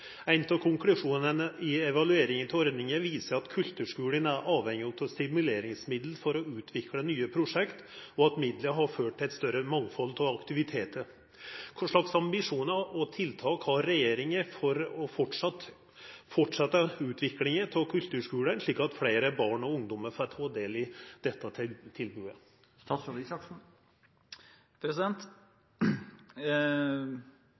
konklusjonene i evaluering av ordningen viser at kulturskolene er avhengig av stimuleringsmidler for å utvikle nye prosjekter, og at midlene har ført til et større mangfold av aktiviteter. Hvilke ambisjoner og tiltak har regjeringen for en fortsatt utvikling av kulturskolene, slik at flere barn og ungdommer får ta del i dette tilbudet?»